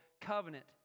covenant